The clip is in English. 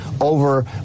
over